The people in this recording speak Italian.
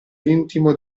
intimo